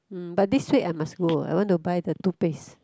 hmm but this week I must go I want to buy the toothpaste